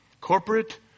Corporate